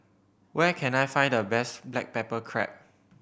where can I find the best black pepper crab